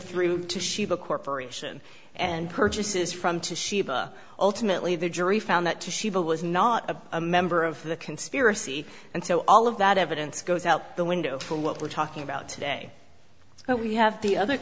through to shiva corporation and purchases from to shiva ultimately the jury found that to shiva was not a member of the conspiracy and so all of that evidence goes out the window for what we're talking about today but we have the other